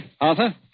Arthur